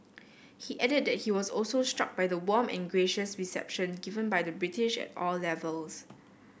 he added that he was also struck by the warm and gracious reception given by the British at all levels